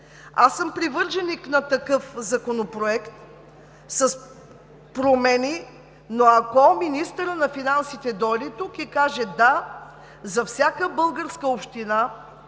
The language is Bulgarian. Аз съм привърженик на такъв законопроект с промени, но ако министърът на финансите дойде тук и каже: да, за всяка българска община